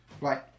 right